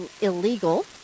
illegal